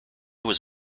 was